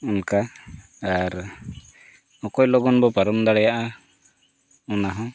ᱚᱱᱠᱟ ᱟᱨ ᱚᱠᱚᱭ ᱞᱚᱜᱚᱱ ᱵᱚᱱ ᱯᱟᱨᱚᱢ ᱫᱟᱲᱮᱭᱟᱜᱼᱟ ᱚᱱᱟᱦᱚᱸ